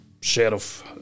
sheriff